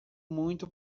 muito